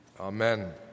Amen